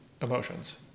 emotions